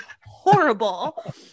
horrible